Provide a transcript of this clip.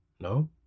No